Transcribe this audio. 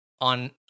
on